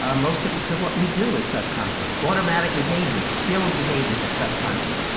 ah most of what we do is subconscious. automatic behavior skilled behavior is subconscious,